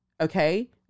Okay